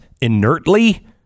inertly